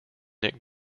nick